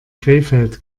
krefeld